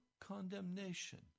condemnation